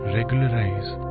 regularize